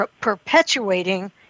perpetuating